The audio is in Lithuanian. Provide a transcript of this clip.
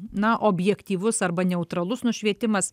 na objektyvus arba neutralus nušvietimas